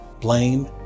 blame